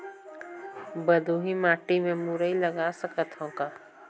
बलुही माटी मे मुरई लगा सकथव का?